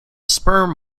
sperm